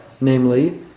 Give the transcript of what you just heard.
Namely